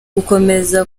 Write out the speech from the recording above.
gukomeza